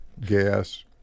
gas